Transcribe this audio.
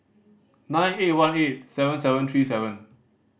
nine eight one eight seven seven three seven